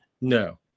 No